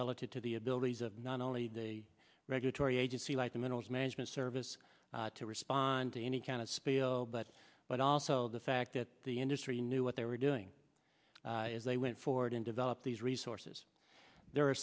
relative to the abilities of not only a regulatory agency like the minerals management service to respond to any kind of spill but but also the fact that the industry knew what they were doing as they went forward and developed these resources there are